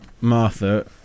Martha